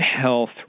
health